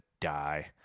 die